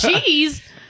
Cheese